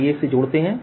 आइए इसे जोड़ते हैं